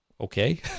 Okay